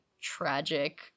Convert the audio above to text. tragic